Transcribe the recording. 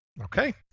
Okay